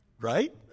Right